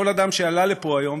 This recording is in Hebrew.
כל אדם שעלה לפה היום,